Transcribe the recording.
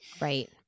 Right